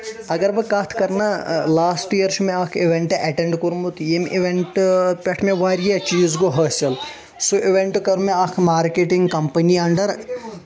اَگر بہٕ کَتھ کَرٕ نا لاسٹہٕ ییر چھُ مےٚ اکھ اِوینٛٹ ایٚٹٮ۪نٛڈ کوٚرمُت ییٚمہِ اِوینٛٹہٕ پٮ۪ٹھٕ مےٚ واریاہ چیٖز گوٚو حٲصِل سُہ اِوینٛٹ کوٚر مےٚ اَکھ مارکیٚٹِنٛگ کَمپٔنی انٛڈر